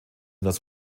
das